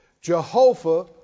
Jehovah